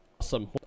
Awesome